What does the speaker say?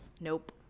Nope